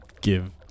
give